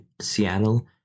Seattle